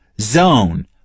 zone